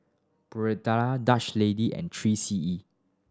Dutch Lady and Three C E